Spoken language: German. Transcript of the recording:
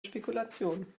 spekulation